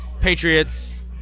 Patriots